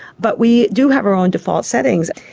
but we do have our own default settings.